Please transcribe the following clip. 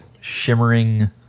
shimmering